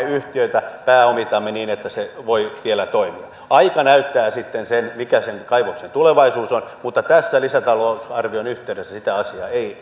yhtiötä pääomitamme niin että se voi vielä toimia aika näyttää sitten sen mikä sen kaivoksen tulevaisuus on mutta tässä lisätalousarvion yhteydessä sitä asiaa ei